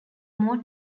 more